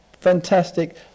fantastic